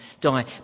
die